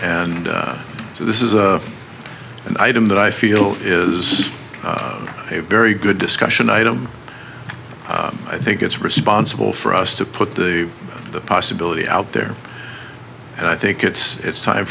and so this is a and item that i feel is a very good discussion item i think it's responsible for us to put the possibility out there and i think it's it's time